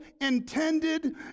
intended